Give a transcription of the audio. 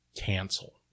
cancel